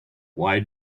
why